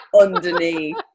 underneath